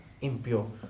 impure